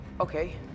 Okay